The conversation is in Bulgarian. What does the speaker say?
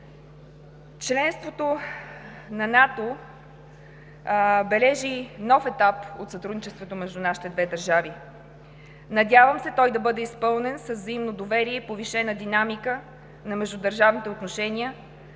Членството в НАТО бележи нов етап от сътрудничеството между нашите две държави. Надявам се той да бъде изпълнен с взаимно доверие и повишена динамика на междудържавните отношения,